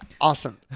Awesome